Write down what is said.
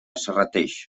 serrateix